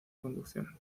conducción